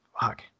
fuck